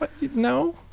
No